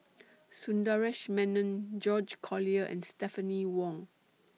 Sundaresh Menon George Collyer and Stephanie Wong